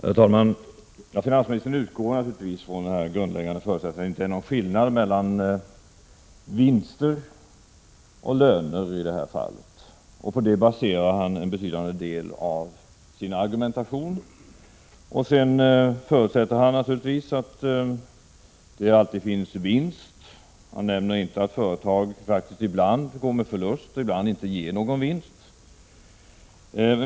Herr talman! Finansministern utgår från den grundläggande förutsättningen att det inte är någon skillnad mellan vinster och löner i det här fallet, och på det baserar han en betydande del av sin argumentation. Sedan förutsätter han naturligtvis att det alltid finns vinst. Han nämner inte att företag faktiskt ibland inte ger någon vinst eller t.o.m. går med förlust.